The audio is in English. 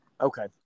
Okay